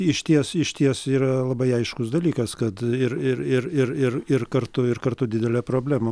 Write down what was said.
išties išties yra labai aiškus dalykas kad ir ir ir ir ir ir kartu ir kartu didelė problema